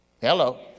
Hello